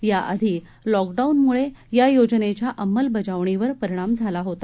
याआधी लॉकडाऊनमुळे या योजनेच्या अंमलबजावणीवर परिणाम झाला होता